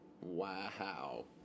Wow